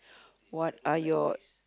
what are your